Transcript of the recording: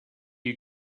you